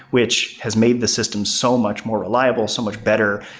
which has made the system so much more reliable, so much better.